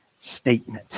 statement